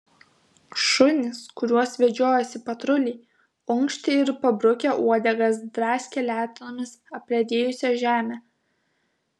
šunys kuriuos vedžiojosi patruliai unkštė ir pabrukę uodegas draskė letenomis apledėjusią žemę